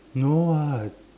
no [what]